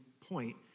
point